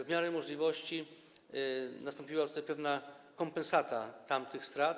W miarę możliwości nastąpiła tutaj pewna kompensata tamtych strat.